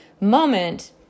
moment